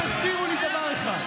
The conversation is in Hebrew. באו תסבירו לי דבר אחד.